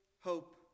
hope